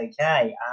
okay